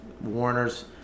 Warner's –